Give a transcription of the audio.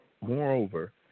Moreover